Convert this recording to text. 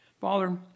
Father